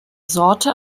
sorte